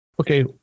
Okay